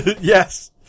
Yes